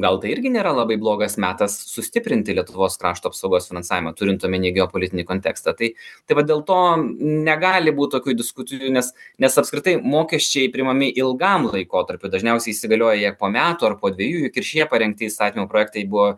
gal tai irgi nėra labai blogas metas sustiprinti lietuvos krašto apsaugos finansavimą turint omeny geopolitinį kontekstą tai tai va dėl to negali būt tokių diskusijų nes nes apskritai mokesčiai priimami ilgam laikotarpiui dažniausiai įsigalioja jie po metų ar po dviejų juk ir šie parengti įstatymų projektai buvo